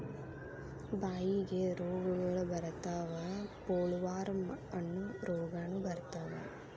ಬಾಯಿಗೆ ರೋಗಗಳ ಬರತಾವ ಪೋಲವಾರ್ಮ ಅನ್ನು ರೋಗಾನು ಬರತಾವ